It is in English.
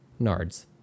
nards